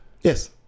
Yes